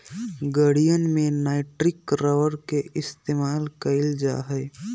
गड़ीयन में nitrile rubber के इस्तेमाल कइल जा हई